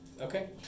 okay